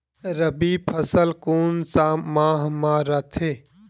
रबी फसल कोन सा माह म रथे?